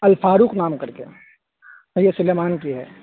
الفاروق نام کر کے سید سلیمان کی ہے